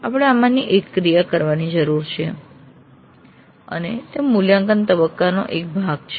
આપણે આમાંની એક ક્રિયા કરવાની જરૂર છે અને તે મૂલ્યાંકન તબક્કાનો એક ભાગ છે